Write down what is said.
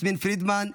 יסמין פרידמן,